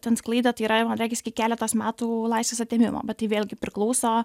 ten sklaidą tai yra man regis iki keletos metų laisvės atėmimo bet tai vėlgi priklauso